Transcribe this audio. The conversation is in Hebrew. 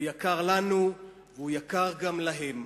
הוא יקר לנו והוא יקר גם להם.